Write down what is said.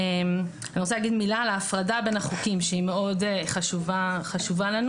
אני רוצה להגיד מילה על ההפרדה בין החוקים שהיא מאוד חשובה לנו.